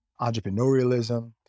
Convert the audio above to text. entrepreneurialism